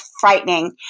frightening